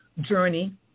journey